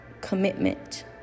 Commitment